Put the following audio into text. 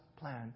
plan